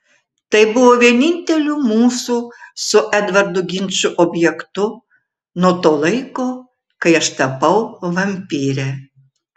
tai buvo vieninteliu mūsų su edvardu ginčų objektu nuo to laiko kai aš tapau vampyre